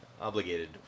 obligated